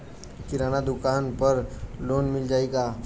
किराना दुकान पर लोन मिल जाई का?